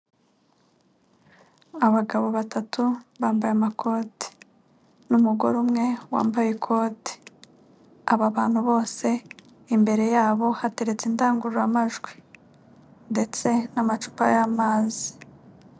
Abagabo batatu bambaye amakoti n'umugore umwe wambaye ikote, aba bantu bose imbere yabo hateretse indangururamajwi ndetse n'amacupa y'amazi.